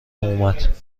اومد